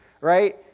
right